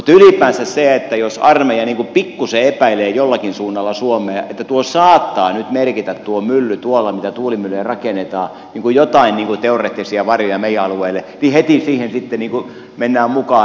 ylipäänsä se että jos armeija pikkuisen epäilee jollakin suunnalla suomea että tuo mylly tuolla saattaa nyt merkitä mitä tuulimyllyjä rakennetaan jotain teoreettisia varjoja meidän alueellemme niin heti siihen sitten mennään mukaan